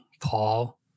Paul